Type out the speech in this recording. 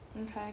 Okay